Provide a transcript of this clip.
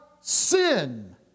sin